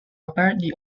apparently